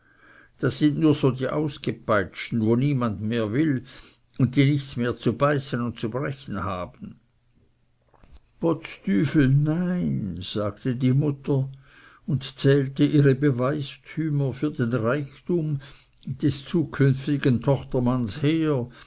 das sind nur so die ausgepeitschten wo niemand mehr will und die nichts mehr zu beißen und zu brechen haben potz tüfel nein sagte die mutter und zählte ihre beweistümer für den reichtum des zukünftigen tochtermanns her